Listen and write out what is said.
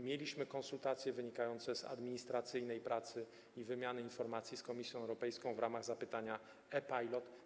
Mieliśmy konsultacje wynikające z administracyjnej pracy i wymiany informacji z Komisją Europejską w ramach zapytania EU Pilot.